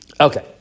Okay